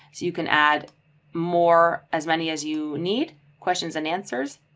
you can add more, as many as you need questions and answers,